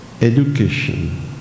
Education